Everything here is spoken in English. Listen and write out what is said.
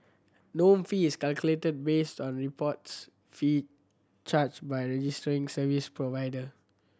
norm fee is calculated based on the reports fee charged by registering service provider